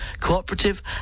cooperative